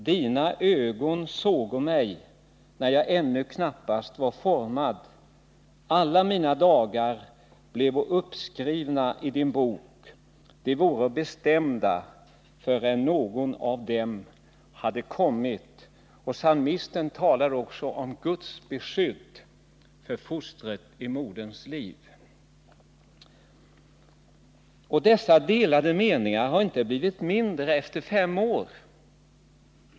Dina ögon sågo mig, när jag ännu knappast var formad; alla mina dagar blevo uppskrivna i din bok, de voro bestämda, förrän någon av dem hade kommit.” Psalmisten talar också om Guds beskydd för fostret i moderns liv. Meningsskiljaktigheterna har inte heller blivit mindre efter fem år.